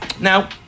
Now